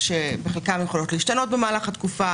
שבחלקן יכולות להשתנות במהלך התקופה.